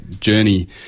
journey